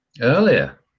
earlier